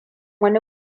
wani